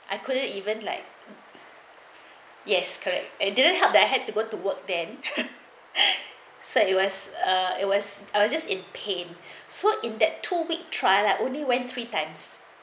I couldn't even like yes correct and didn't help that I had to go to work then said it was uh it was I was just in pain so in that two week trial at only went three times